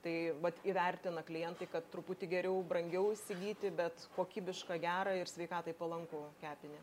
tai vat įvertina klientai kad truputį geriau brangiau įsigyti bet kokybišką gerą ir sveikatai palankų kepinį